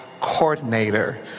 Coordinator